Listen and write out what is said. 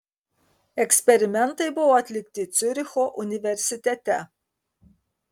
eksperimentai buvo atlikti ciuricho universitete